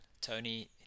Tony